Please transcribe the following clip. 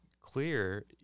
clear